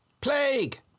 Plague